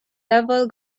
level